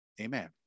amen